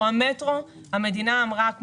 המדינה אמרה,